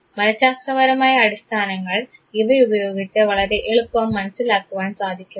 മനഃശാസ്ത്രപരമായ അടിസ്ഥാനങ്ങൾ ഇവയുപയോഗിച്ച് വളരെ എളുപ്പം മനസ്സിലാക്കുവാൻ സാധിക്കുന്നു